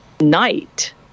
night